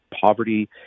poverty